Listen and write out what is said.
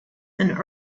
and